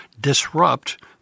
disrupt